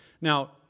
Now